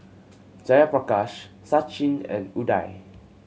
Jayaprakash Sachin and Udai